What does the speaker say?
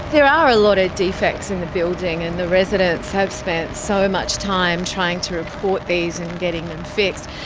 there are a lot of defects in the building and the residents have spent so much time trying to report these and getting them fixed.